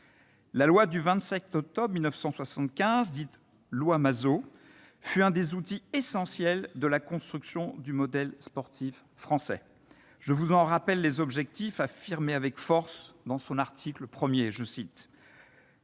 La loi du 29 octobre 1975, dite loi Mazeaud, fut l'un des outils essentiels de la construction du modèle sportif français. J'en rappelle les objectifs affirmés avec force dans son article 1 :«